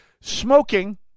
smoking